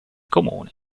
comune